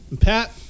Pat